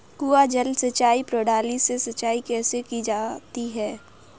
कुआँ जल सिंचाई प्रणाली से सिंचाई कैसे की जाती है?